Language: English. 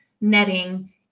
netting